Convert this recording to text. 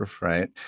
right